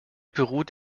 beruht